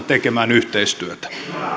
tekemään yhteistyötä